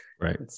Right